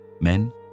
Men